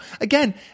again